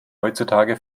heutzutage